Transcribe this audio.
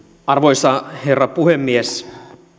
arvoisa herra puhemies